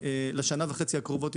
עם העסקים הקטנים לשנה וחצי הקרובות.